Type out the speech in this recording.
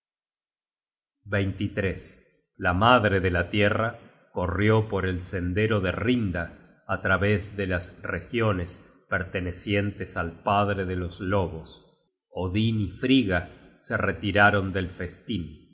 la madre de la tierra corrió por el sendero de rinda á través de las regiones pertenecientes al padre de los lobos odin y frigga se retiraron del festin